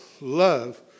love